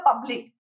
public